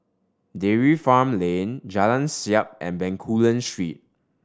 Dairy Farm Lane Jalan Siap and Bencoolen Street